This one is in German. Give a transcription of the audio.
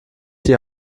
die